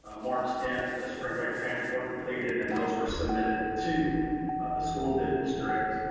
ah march tenth, the spring break plans were completed. and those were submitted to the school district.